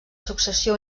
successió